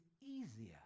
easier